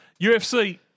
UFC